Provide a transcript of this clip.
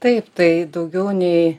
taip tai daugiau nei